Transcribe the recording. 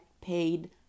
paid